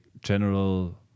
general